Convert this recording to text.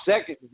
second